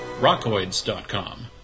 rockoids.com